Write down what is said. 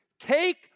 Take